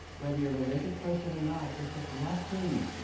whether you're a religious person or not, it's a blessing